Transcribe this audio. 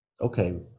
okay